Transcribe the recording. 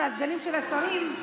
הסגנים של השרים.